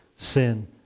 sin